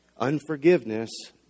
Unforgiveness